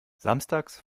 samstags